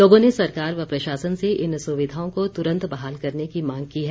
लोगों ने सरकार व प्रशासन से इन सुविधाओं को तुरन्त बहाल करने की मांग की है